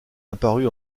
apparue